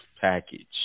package